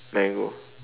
mango